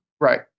Right